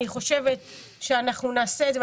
אנחנו נעשה את זה,